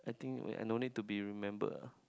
I think I don't need to be remembered ah